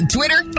Twitter